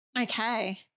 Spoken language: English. Okay